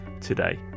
today